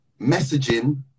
messaging